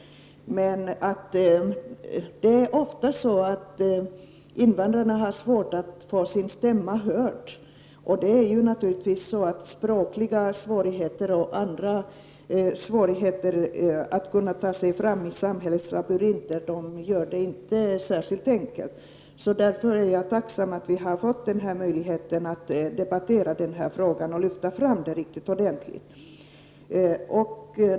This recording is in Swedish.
Men invandrarna har ofta svårt att göra sin stämma hörd. Språksvårigheter och andra svårigheter för dessa människor att ta sig fram i samhällslabyrinten gör det inte särskilt enkelt för dessa människor. Därför är jag tacksam för att vi har fått möjlighet att debattera den här frågan och lyfta fram den ordentligt.